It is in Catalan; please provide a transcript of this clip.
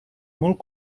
molt